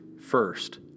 first